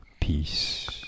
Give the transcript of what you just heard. peace